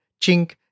chink